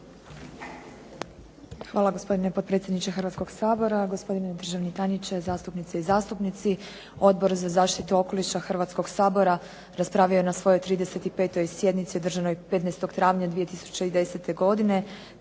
Hvala gospodine potpredsjedniče Hrvatskog sabora. Gospodine državni tajniče, zastupnice i zastupnici. Odbor za zaštitu okoliša Hrvatskog sabora raspravio je na svojoj 35. sjednici održanoj 15. travnja 2010. godine